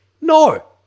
No